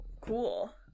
Cool